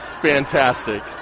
Fantastic